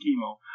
chemo